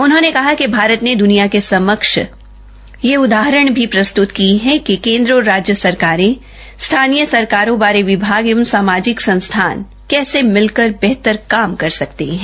उन्होंने कहा कि भारत ने दुनिया के समक्ष यह उदाहरण भी प्रस्तुत की है कि केन्द्र और राज्य सरकारें स्थानीय सरकारों बारे विभाग एवं सामाजिक संस्थान कैसे मिलकर बेहतर कर सकते हैं